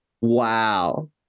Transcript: wow